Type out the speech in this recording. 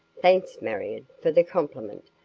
thanks, marion, for the compliment,